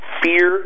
fear